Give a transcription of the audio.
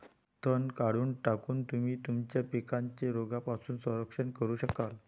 तण काढून टाकून, तुम्ही तुमच्या पिकांचे रोगांपासून संरक्षण करू शकाल